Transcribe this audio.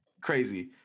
Crazy